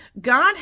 God